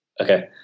Okay